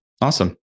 awesome